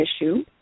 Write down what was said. issue